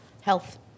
Health